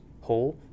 whole